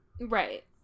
Right